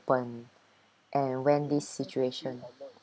and when this situation